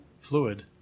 fluid